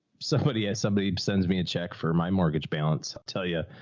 somebody has, somebody sends me a check for my mortgage balance. i'll tell ya,